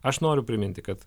aš noriu priminti kad